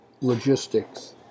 Logistics